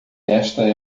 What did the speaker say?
esta